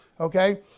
okay